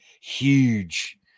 huge